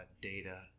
data